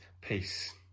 peace